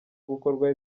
gukorwaho